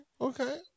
okay